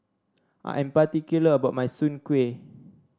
I'm particular about my Soon Kuih